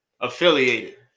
affiliated